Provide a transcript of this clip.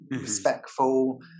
respectful